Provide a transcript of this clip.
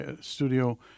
studio